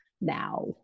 now